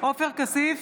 עופר כסיף,